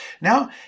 Now